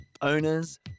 owners